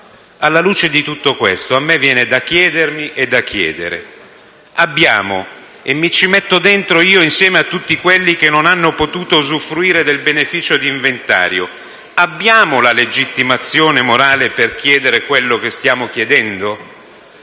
Alla luce di tutto questo, a me viene da chiedermi e da chiedere: abbiamo - e mi ci metto dentro anch'io, insieme a tutti quelli che non hanno potuto usufruire del beneficio di inventario - la legittimazione morale per chiedere quello che stiamo chiedendo?